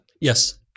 Yes